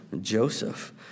Joseph